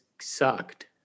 sucked